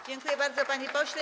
Dziękuję bardzo, panie pośle.